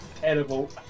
Terrible